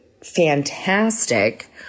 fantastic